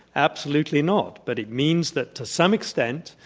absolutely not. but it means that to some extent,